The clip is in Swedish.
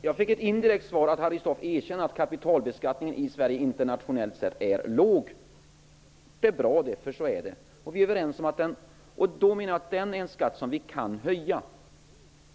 Herr talman! Jag fick ett indirekt svar av Harry Sverige internationellt sett är låg. Det är bra, för så är det. Det är en skatt som vi kan höja.